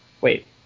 wait